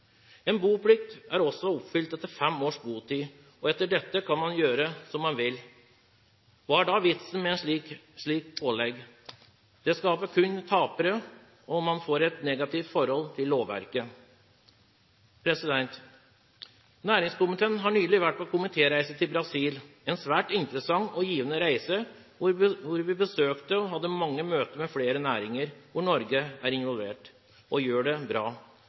er oppfylt etter fem års botid. Deretter kan man gjøre som man vil. Hva er da vitsen med et slikt pålegg? Det skaper kun tapere, og man får et negativt forhold til lovverket. Næringskomiteen har nylig vært på reise til Brasil. Det var en svært interessant og givende reise, hvor vi besøkte og hadde mange møter med flere næringer hvor Norge er involvert og gjør det bra.